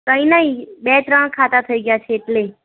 નહીં નહીં બે ત્રણ ખાતા થઈ ગયા છે એટલે